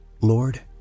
lord